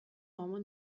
uomo